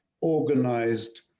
organized